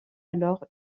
alors